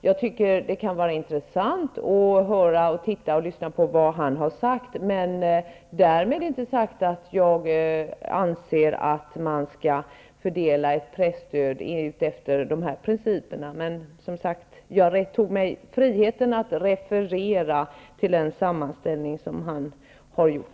Jag tycker att det kan vara intressant att titta på vad Bo Präntare har skrivit, men därmed är inte sagt att jag anser att presstödet skall fördelas efter de principer som han talar om. Som sagt: Jag tog mig friheten att referera till en sammanställning som han har gjort.